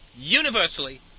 universally